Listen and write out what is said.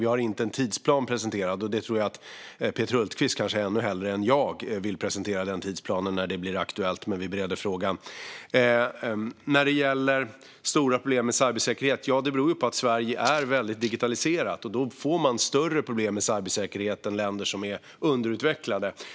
Vi har inte en tidsplan presenterad. Jag tror att Peter Hultqvist kanske ännu hellre än jag vill presentera den tidsplanen när det blir aktuellt. Men vi bereder frågan. När det gäller de stora problemen med cybersäkerhet beror ju de på att Sverige är väldigt digitaliserat. Då får man större problem med cybersäkerheten än länder som är underutvecklade.